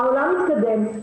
העולם התקדם,